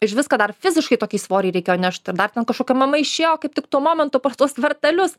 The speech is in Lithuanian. išvis kad dar fiziškai tokį svorį reikėjo nešt ir dar ten kažkokia mama išėjo kaip tik tuo momentu per tuos vartelius